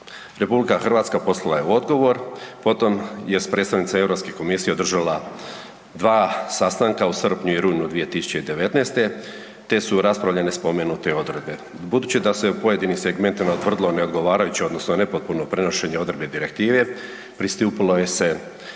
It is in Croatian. RH poslala je odgovor, potom je s predstavnicima EU održala 2 sastanka u srpnju i rujnu 2019. te su raspravljene spomenute odredbe. Budući da se u pojedinim segmentima utvrdilo neodgovarajuće odnosno nepotpuno prenošenje odredbe Direktive, pristupilo joj se